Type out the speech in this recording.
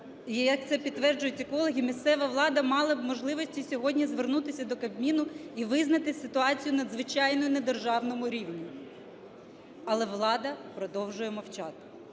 як це підтверджують екологи, місцева влада мала б можливості сьогодні звернутися до Кабміну і визнати ситуацію надзвичайною на державному рівні. Але влада продовжує мовчати.